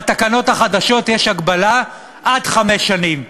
בתקנות החדשות יש הגבלה: עד חמש שנים,